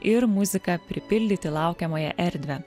ir muzika pripildyti laukiamąją erdvę